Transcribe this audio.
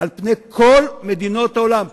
על כל מדינות העולם,